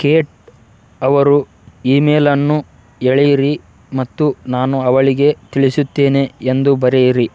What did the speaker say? Kate ಅವರು email ಅನ್ನು ಎಳೆಯಿರಿ ಮತ್ತು ನಾನು ಅವಳಿಗೆ ತಿಳಿಸುತ್ತೇನೆ ಎಂದು ಬರೆಯಿರಿ